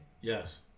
Yes